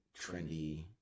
trendy